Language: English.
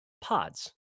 pods